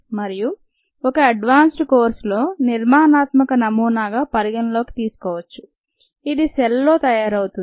మరియు ఒక అడ్వాన్స్డ్ కోర్సులో నిర్మాణాత్మక నమూనాగా పరిగణనలోకి తీసుకోవచ్చు ఇది సెల్లో తయారవుతుంది